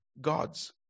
God's